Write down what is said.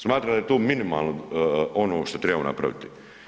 Smatram da je to minimalno ono šta tribamo napraviti.